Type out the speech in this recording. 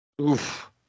Oof